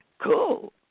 cool